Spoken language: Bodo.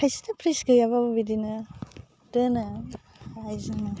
खायसेना फ्रिस गैयाबाबो बिदिनो दोनो बाहाय जोङो